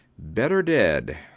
better dead.